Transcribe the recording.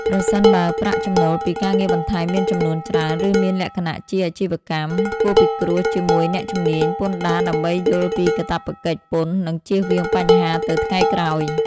ប្រសិនបើប្រាក់ចំណូលពីការងារបន្ថែមមានចំនួនច្រើន ឬមានលក្ខណៈជាអាជីវកម្ម គួរពិគ្រោះជាមួយអ្នកជំនាញពន្ធដារដើម្បីយល់ពីកាតព្វកិច្ចពន្ធ និងជៀសវាងបញ្ហាទៅថ្ងៃក្រោយ។